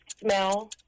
smell